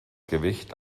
gewicht